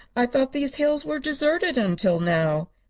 i thought these hills were deserted, until now.